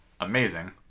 amazing